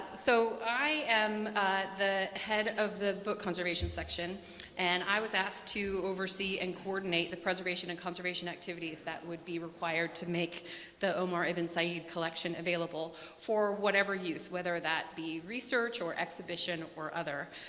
so i am the head of the book conservation section and i was asked to oversee and coordinate the preservation and conservation activities that would be required to make the omar ibn said collection available for whatever use, whether that be research or exhibition or other.